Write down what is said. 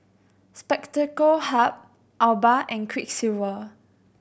Spectacle Hut Alba and Quiksilver